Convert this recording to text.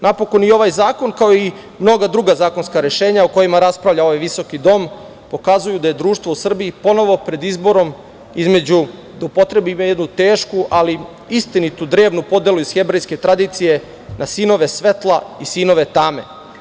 Napokon i ovaj zakon, kao i mnoga druga zakonska rešenja o kojima raspravlja ovaj visoki dom pokazuju da je društvo u Srbiji ponovo pred izborom između, da upotrebim jednu tešku, ali istinitu drevnu podelu iz hebrejske tradicije, na sinove svetla i sinove tame.